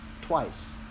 twice